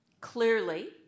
Clearly